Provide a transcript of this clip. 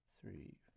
three